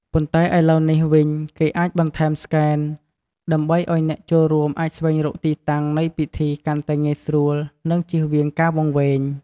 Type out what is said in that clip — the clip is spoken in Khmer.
ប៉ុន្តែ ឥឡូវនេះវិញ គេអាចបន្ថែមស្កេន ដើម្បីឱ្យអ្នកចូលរួមអាចស្វែងរកទីតាំងនៃពិធីកាន់តែងាយស្រួល និង ជៀសវាងការវង្វេង។